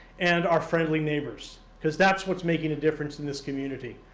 and our friendly neighbors. cause that's what's making a difference in this community.